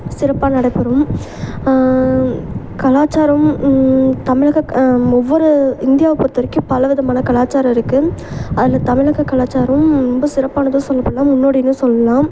சிறப்பாக நடைபெறும் கலாச்சாரம் தமிலக ஒவ்வொரு இந்தியாவை பொறுத்த வரைக்கும் பலவிதமான கலாச்சாரம் இருக்கு அதில் தமிழக கலாச்சாரம் ரொம்ப சிறப்பானதாக சொல்லப்படலாம் முன்னோடின்னும் சொல்லலாம்